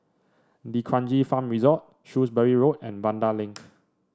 D'Kranji Farm Resort Shrewsbury Road and Vanda Link